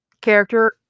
character